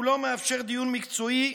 הוא לא מאפשר דיון מרכזי,